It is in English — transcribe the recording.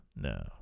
No